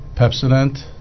Pepsodent